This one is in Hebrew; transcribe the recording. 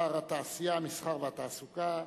שר התעשייה, המסחר והתעסוקה,